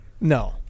no